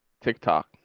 TikTok